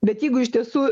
bet jeigu iš tiesų